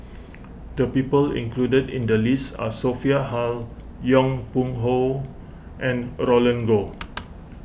the people included in the list are Sophia Hull Yong Pung How and Roland Goh